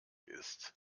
ist